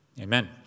Amen